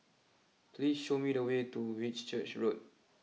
please show me the way to Whitchurch Road